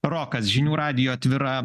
rokas žinių radijo atvira